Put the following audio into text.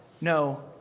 no